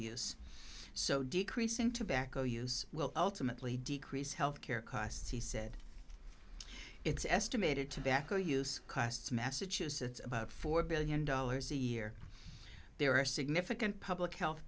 use so decreasing tobacco use will ultimately decrease health care costs he said it's estimated tobacco use costs massachusetts four billion dollars a year there are significant public health